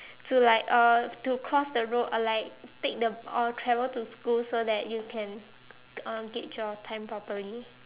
to like uh to cross the road or like take the or travel to school so that you can uh gauge your time properly